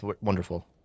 wonderful